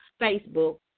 Facebook